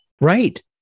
Right